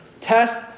Test